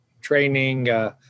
training